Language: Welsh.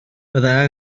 byddai